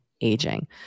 aging